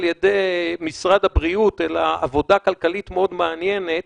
יד משרד הבריאות אלא עבודה כלכלית מאוד מעניינת,